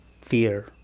fear